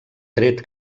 tret